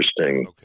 interesting